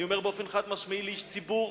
אני אומר באופן חד-משמעי: לאיש ציבור